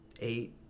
eight